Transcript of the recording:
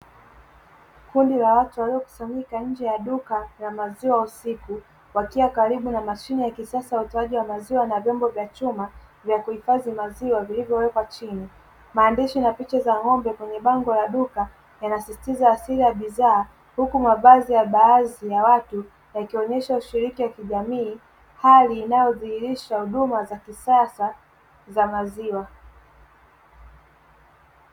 Kundi la watu waliokusanyika nje ya duka la maziwa usiku wakiwa karibu na mashine ya kisasa ya utoaji wa maziwa na vyombo vya chuma vya kuhifadhi maziwa vilivyowekwa chini. Maandishi na picha za ng'ombe kwenye bango la duka yanasisitiza asili ya bidhaa huku mabazi ya baadhi ya watu yakionyesha ushiriki wa kijamii hali inayodhihirisha huduma za kisasa za maziwa.